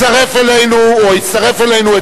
הצטרף אלינו אתמול,